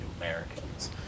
Americans